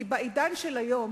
כי בעידן של היום,